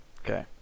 Okay